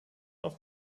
auf